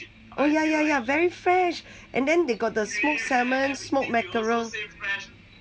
oh ya ya ya very fresh and then they got the smoked salmon smoked mackerel